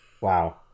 Wow